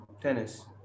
tennis